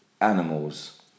animals